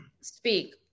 speak